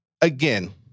again